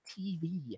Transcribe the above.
TV